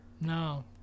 No